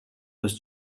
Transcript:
was